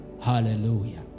Hallelujah